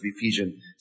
Ephesians